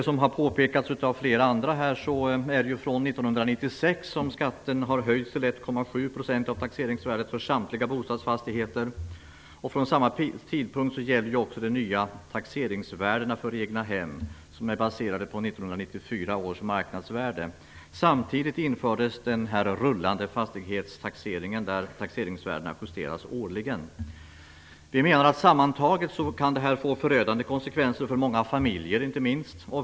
Som flera andra här har påpekat är det från 1996 som skatten har höjts till 1,7 % av taxeringsvärdet för samtliga bostadsfastigheter. Från samma tidpunkt gäller också de nya taxeringsvärdena för egnahem, som är baserade på 1994 års marknadsvärde. Samtidigt infördes den rullande fastighetstaxeringen, där taxeringsvärdena justeras årligen. Vi menar att det här sammantaget kan få förödande konsekvenser inte minst för många familjer.